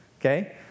okay